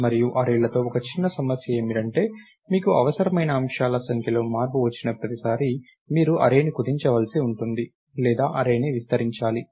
మరియు అర్రేలతో ఒక చిన్న సమస్య ఏమిటంటే మీకు అవసరమైన అంశాల సంఖ్యలో మార్పు వచ్చిన ప్రతిసారీ మీరు అర్రేని కుదించవలసి ఉంటుంది లేదా అర్రేని విస్తరించాలి